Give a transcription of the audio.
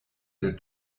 der